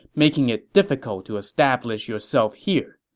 making it difficult to establish yourself here.